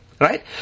Right